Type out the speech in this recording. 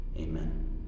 Amen